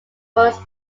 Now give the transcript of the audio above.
was